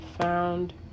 found